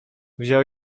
wziął